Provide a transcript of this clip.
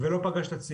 ולא פגש את הצעירים.